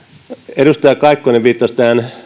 edustaja kaikkonen viittasi tähän